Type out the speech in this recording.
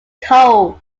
cold